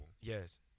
Yes